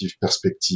perspective